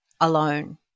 Alone